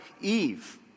Eve